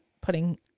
putting